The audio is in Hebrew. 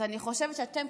אני חושבת שאתם,